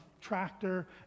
tractor